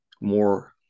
more –